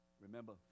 Remember